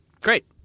Great